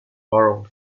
borrowed